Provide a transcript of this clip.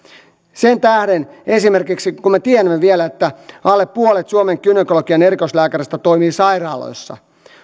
sen tähden kun me tiedämme vielä että alle puolet suomen gynekologian erikoislääkäreistä toimii sairaaloissa